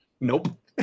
Nope